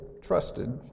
trusted